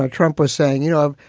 ah trump was saying, you know,